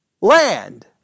land